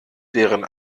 deren